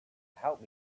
help